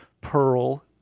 pearl